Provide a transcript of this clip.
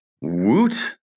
Woot